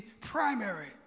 primary